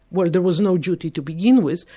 well there was no duty to begin with,